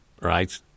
right